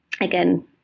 again